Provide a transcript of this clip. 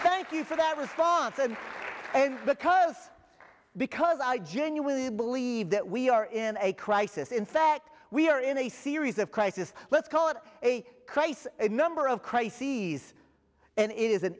thank you for that response and and because because i genuinely believe that we are in a crisis in fact we are in a series of crisis let's call it a crisis a number of crises and i